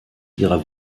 ihrer